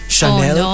Chanel